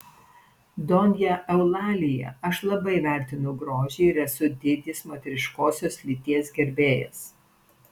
donja eulalija aš labai vertinu grožį ir esu didis moteriškosios lyties gerbėjas